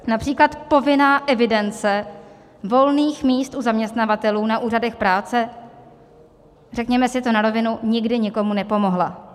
Například povinná evidence volných míst u zaměstnavatelů na úřadech práce, řekněme si to na rovinu, nikdy nikomu nepomohla.